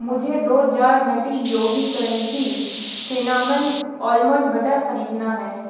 مجھے دو jar Nutty Yogi crunchy cinnamon almond butter خریدنا ہے